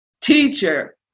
teacher